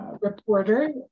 reporter